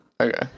Okay